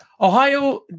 Ohio